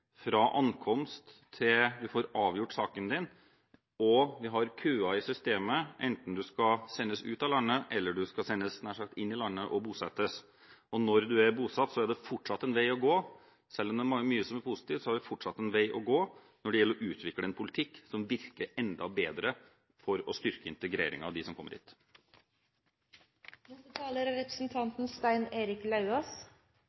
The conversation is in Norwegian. fra ankomst til man får avgjort saken sin, og vi har køer i systemet enten man skal sendes ut av landet, eller man skal sendes nær sagt inn i landet og bosettes. Når man er bosatt, er det fortsatt en vei å gå. Selv om det er mye som er positivt, har vi fortsatt en vei å gå når det gjelder å utvikle en politikk som virker enda bedre for å styrke integreringen av dem som kommer hit. Som debatten og tallene viser, er